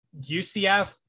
UCF